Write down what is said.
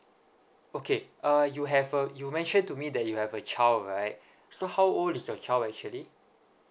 okay uh you have uh you mentioned to me that you have a child right so how old is your child actually